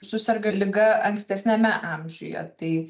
suserga liga ankstesniame amžiuje tai